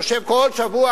יושב כל שבוע,